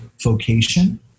vocation